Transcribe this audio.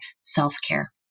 self-care